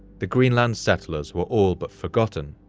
the greenland settlers were all but forgotten.